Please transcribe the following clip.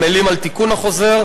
עמלים על תיקון החוזר,